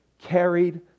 carried